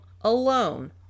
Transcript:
alone